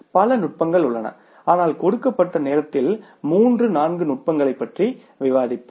பல நுட்பங்கள் உள்ளன ஆனால் கொடுக்கப்பட்ட நேரத்தில் மூன்று நான்கு நுட்பங்களைப் பற்றி விவாதிப்போம்